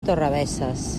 torrebesses